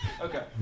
Okay